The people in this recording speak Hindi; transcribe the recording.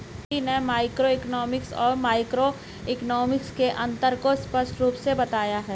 स्वीटी ने मैक्रोइकॉनॉमिक्स और माइक्रोइकॉनॉमिक्स के अन्तर को स्पष्ट रूप से बताया